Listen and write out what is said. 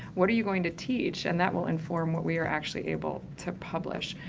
what are you going to teach and that will inform what we are actually able to publish.